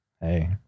Hey